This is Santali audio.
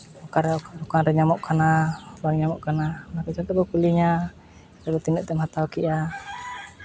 ᱚᱠᱟᱨᱮ ᱚᱠᱟ ᱫᱚᱠᱟᱱ ᱨᱮ ᱧᱟᱢᱚᱜ ᱠᱟᱱᱟ ᱵᱟᱝ ᱧᱟᱢᱚᱜ ᱠᱟᱱᱟ ᱚᱱᱟᱠᱚ ᱡᱚᱛᱚ ᱠᱚ ᱠᱩᱞᱤᱧᱟ ᱫᱟᱫᱟ ᱛᱤᱱᱟᱹᱜ ᱛᱮᱢ ᱦᱟᱛᱟᱣ ᱠᱮᱜᱼᱟ